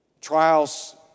Trials